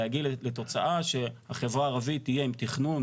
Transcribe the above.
להגיע לתוצאה שהחברה הערבית תהיה עם תכנון